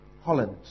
Holland